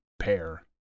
pair